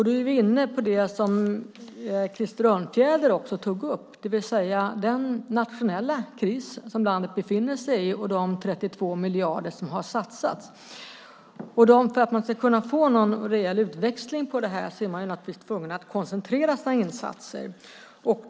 Då är vi inne på det som Krister Örnfjäder tog upp, det vill säga den nationella kris som landet befinner sig i och de 32 miljarder som har satsats. För att man ska kunna få någon reell utväxling på det här är man naturligtvis tvungen att koncentrera sina insatser.